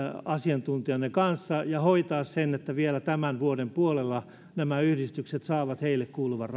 asiantuntijanne kanssa ja hoitaa sen että vielä tämän vuoden puolella nämä yhdistykset saavat heille kuuluvan